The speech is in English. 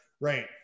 Right